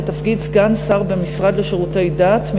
לתפקיד סגן שר במשרד לשירותי דת,